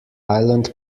island